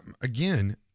again